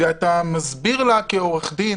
ואתה מסביר לה כעורך דין